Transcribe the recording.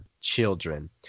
children